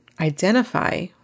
identify